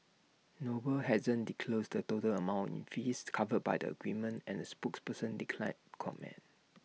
noble hasn't disclosed the total amount in fees covered by the agreement and A spokesperson declined to comment